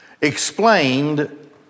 explained